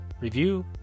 review